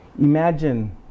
Imagine